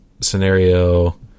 scenario